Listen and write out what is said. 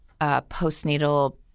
postnatal